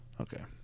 Okay